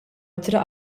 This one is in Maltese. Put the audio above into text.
ittra